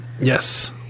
Yes